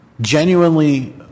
genuinely